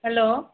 hello